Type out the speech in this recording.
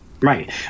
right